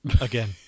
Again